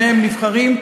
שניהם נבחרים,